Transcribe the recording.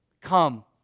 Come